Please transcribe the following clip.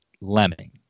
lemming